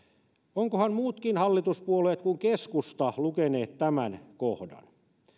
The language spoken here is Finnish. ovatkohan muutkin hallituspuolueet kuin keskusta lukeneet tämän kohdan